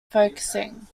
focusing